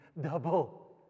double